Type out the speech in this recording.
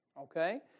Okay